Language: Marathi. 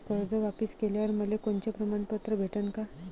कर्ज वापिस केल्यावर मले कोनचे प्रमाणपत्र भेटन का?